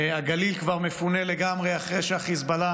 הגליל כבר מפונה לגמרי אחרי שחיזבאללה